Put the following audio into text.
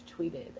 tweeted